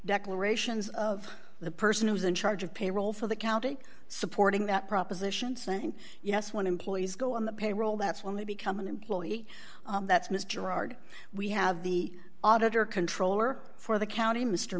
declarations of the person who's in charge of payroll for the county supporting that proposition saying yes when employees go on the payroll that's when they become an employee that's miss girard we have the auditor controller for the county mr